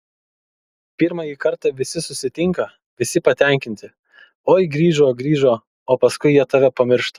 pirmąjį kartą visi susitinka visi patenkinti oi grįžo grįžo o paskui jie tave pamiršta